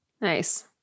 Nice